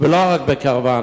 ולא רק בקרוונים.